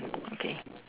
okay